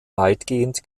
weitgehend